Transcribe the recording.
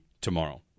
tomorrow